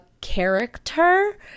character